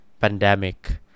pandemic